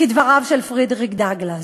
כדבריו של פרדריק דאגלס.